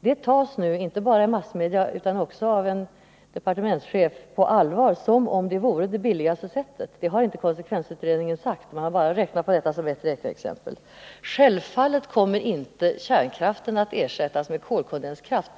Det har klart uttalats att detta endast var ett räkneexempel och ingenting annat. Men detta exempel uppfattas nu inte bara av massmedia utan också av en departementschef på allvar så att den metoden representerar det billigaste sättet att ersätta kärnkraften, men så har konsekvensutredningen inte uttryckt sig, utan den har endast sett detta som ett räkneexempel. Självfallet kommer inte kärnkraften att ersättas med kolkondenskraft.